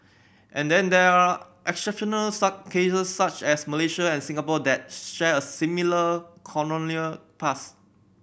and then there are exceptional such cases such as Malaysia and Singapore that share a similar colonial past